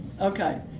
Okay